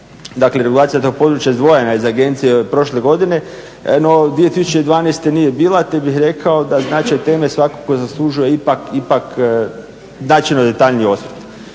dakle regulacija tog područja izdvojena je iz agencije prošle godine, da 2012. nije bila te bih rekao da značaj teme svakako zaslužuje ipak značajno detaljniji osvrt.